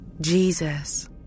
Jesus